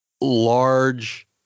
large